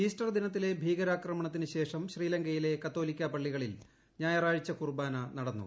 Easter ദിനത്തിലെ ഭീകരാക്രമണത്തിന് ശേഷം ശ്രീലങ്കയിലെ കത്തോലിക്കാ പള്ളികളിൽ ഞായറാഴ്ച കുർബാന നടന്നു